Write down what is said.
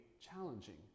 challenging